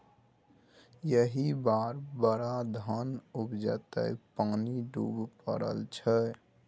एहि बेर बड़ धान उपजतै पानि बड्ड पड़ल छै